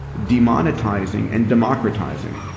demonetizing and democratizing.